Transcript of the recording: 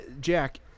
Jack